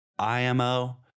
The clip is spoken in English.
IMO